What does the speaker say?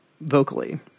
vocally